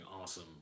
awesome